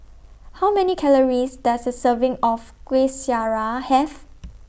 How Many Calories Does A Serving of Kuih Syara Have